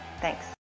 Thanks